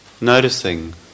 noticing